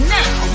now